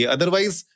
Otherwise